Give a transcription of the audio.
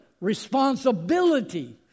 responsibility